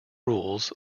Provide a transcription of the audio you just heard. rules